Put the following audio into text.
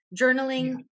Journaling